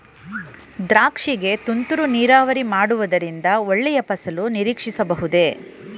ದ್ರಾಕ್ಷಿ ಗೆ ತುಂತುರು ನೀರಾವರಿ ಮಾಡುವುದರಿಂದ ಒಳ್ಳೆಯ ಫಸಲು ನಿರೀಕ್ಷಿಸಬಹುದೇ?